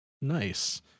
Nice